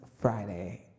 Friday